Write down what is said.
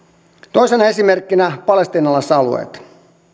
toisena esimerkkinä palestiinalaisalueet